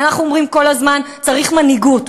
ואנחנו אומרים כל הזמן: צריך מנהיגות,